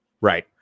Right